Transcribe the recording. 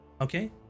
okay